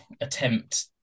attempt